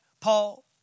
Paul